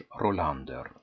Rolander